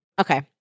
Okay